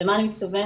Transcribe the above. למה אני מתכוונת?